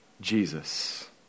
Jesus